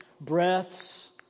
breaths